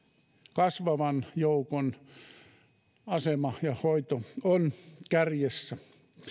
kasvavan joukon asema ja hoito ovat kärjessä